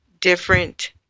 different